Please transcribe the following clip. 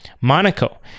Monaco